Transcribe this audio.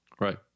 Right